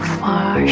far